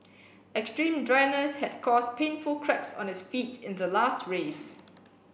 extreme dryness had caused painful cracks on his feet in the last race